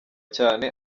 cyane